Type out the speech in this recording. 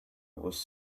was